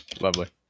Lovely